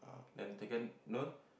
then second Nur